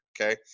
okay